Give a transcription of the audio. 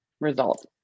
result